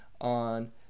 on